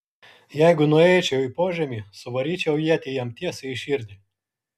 jeigu nueičiau į požemį suvaryčiau ietį jam tiesiai į širdį